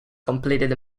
completed